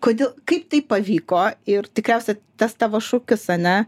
kodėl kaip tai pavyko ir tikriausia tas tavo šūkis ane